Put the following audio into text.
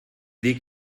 dir